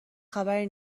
خبری